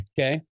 Okay